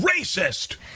racist